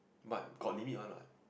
but got limit one lah